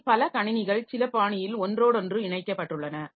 இதில் பல கணினிகள் சில பாணியில் ஒன்றோடொன்று இணைக்கப்பட்டுள்ளன